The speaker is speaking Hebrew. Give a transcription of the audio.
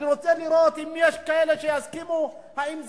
אני רוצה לראות אם יש כאלה שיסכימו,